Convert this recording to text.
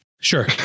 Sure